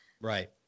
right